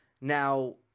Now